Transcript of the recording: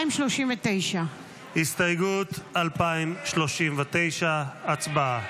2039. הסתייגות 2039. הצבעה.